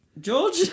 George